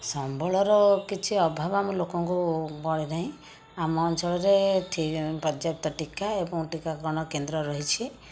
ସମ୍ବଳର କିଛି ଅଭାବ ଆମ ଲୋକଙ୍କୁ ବଳେନାହିଁ ଆମ ଅଞ୍ଚଳରେ ପର୍ଯ୍ୟାପ୍ତ ଟୀକା ଏବଂ ଟୀକାକରଣ କେନ୍ଦ୍ର ରହିଛି